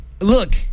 look